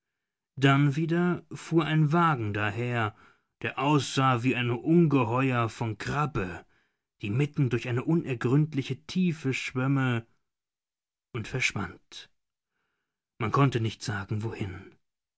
dann wieder fuhr ein wagen daher der aussah wie ein ungeheuer von krabbe die mitten durch eine unergründliche tiefe schwömme und verschwand man konnte nicht sagen wohin